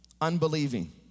unbelieving